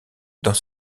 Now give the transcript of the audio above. dans